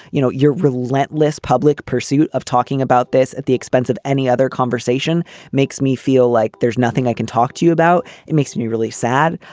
you know, your relentless public pursuit of talking about this at the expense of any other conversation makes me feel like there's nothing i can talk to you about. it makes me really sad.